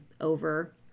over